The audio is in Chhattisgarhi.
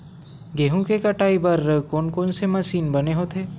गेहूं के कटाई बर कोन कोन से मशीन बने होथे?